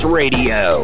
radio